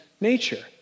nature